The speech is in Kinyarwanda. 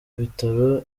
bitaro